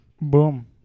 Boom